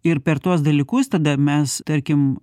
ir per tuos dalykus tada mes tarkim